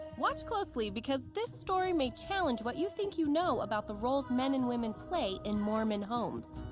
watch closely, because this story may challenge what you think you know about the roles men and women play in mormon homes.